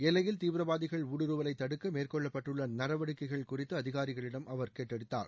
எல்லையில் தீவிரவாதிகள் ஊடுருவலை தடுக்க மேற்கொள்ளப்பட்டுள்ள நடவடிக்கைகள் குறித்து அதிகாரிகள் அவரிடம் விளக்கினர்